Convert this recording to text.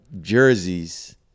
jerseys